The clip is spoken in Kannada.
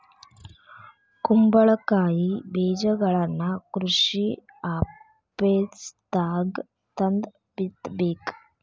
ಕುಂಬಳಕಾಯಿ ಬೇಜಗಳನ್ನಾ ಕೃಷಿ ಆಪೇಸ್ದಾಗ ತಂದ ಬಿತ್ತಬೇಕ